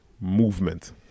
movement